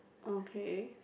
okay